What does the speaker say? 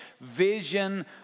vision